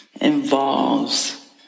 involves